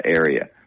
area